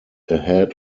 ahead